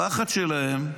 הפחד שלהם,